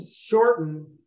shorten